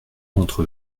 d’entre